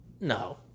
No